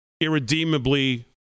irredeemably